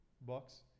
box